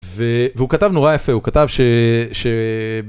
והוא כתב נורא יפה, הוא כתב ש...